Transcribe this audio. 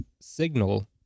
signal